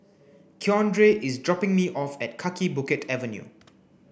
Keandre is dropping me off at Kaki Bukit Avenue